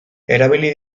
erabili